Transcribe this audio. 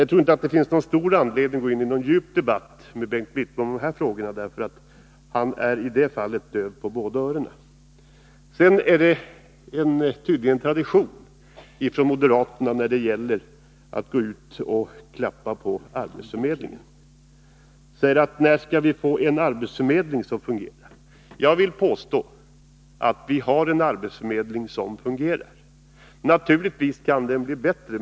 Jag tror inte att det finns någon större anledning att gå in i någon djup debatt med Bengt Wittbom om de här frågorna, för han är i det fallet döv på båda öronen. Tydligen är det tradition bland moderaterna att gå ut och klandra arbetsförmedlingen. Bengt Wittbom frågar när vi skall få en arbetsförmedling som fungerar. Jag vill påstå att vi har en arbetsförmedling som fungerar. Naturligtvis kan den bli bättre.